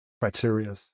criteria